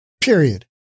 Period